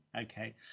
Okay